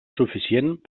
suficient